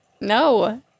No